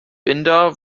binder